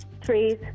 Trees